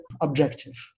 objective